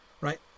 right